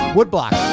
Woodblock